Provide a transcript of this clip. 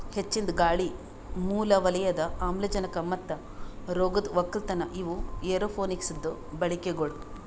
ಹೆಚ್ಚಿಂದ್ ಗಾಳಿ, ಮೂಲ ವಲಯದ ಆಮ್ಲಜನಕ ಮತ್ತ ರೋಗದ್ ಒಕ್ಕಲತನ ಇವು ಏರೋಪೋನಿಕ್ಸದು ಬಳಿಕೆಗೊಳ್